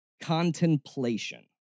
contemplation